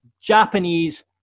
Japanese